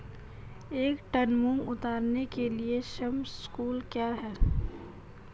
एक टन मूंग उतारने के लिए श्रम शुल्क क्या है?